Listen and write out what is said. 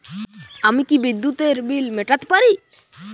আমি কি বিদ্যুতের বিল মেটাতে পারি?